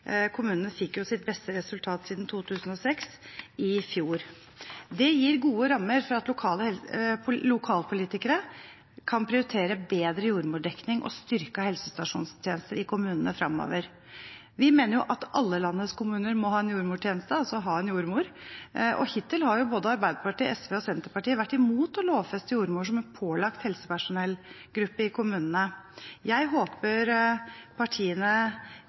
Kommunene fikk sitt beste resultat siden 2006 i fjor. Det gir gode rammer for at lokalpolitikere kan prioritere bedre jordmordekning og styrkede helsestasjonstjenester i kommunene fremover. Vi mener at alle landets kommuner må ha en jordmortjeneste, altså ha en jordmor. Hittil har både Arbeiderpartiet, SV og Senterpartiet vært imot å lovfeste jordmor som en pålagt helsepersonellgruppe i kommunene. Jeg håper partiene